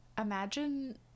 imagine